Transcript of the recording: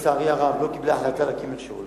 לצערי הרב, לא קיבלה החלטה להקים מכשול.